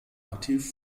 aktiv